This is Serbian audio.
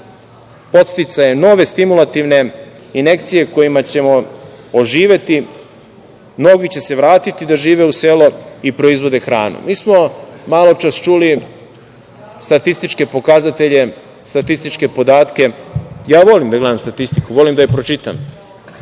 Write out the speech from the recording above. podsticaje, nove stimulativne injekcije kojima ćemo ga oživeti. Mnogi će se vratiti da žive u selu i proizvode hranu. Maločas smo čuli statističke pokazatelje i podatke. Ja volim da gledam statistiku, volim da je pročitam,